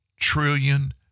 Trillion